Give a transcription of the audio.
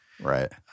Right